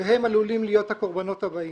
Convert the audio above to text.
והם עלולים להיות הקורבנות הבאים.